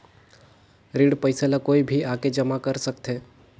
ऋण पईसा ला कोई भी आके जमा कर सकथे?